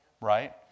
Right